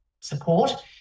Support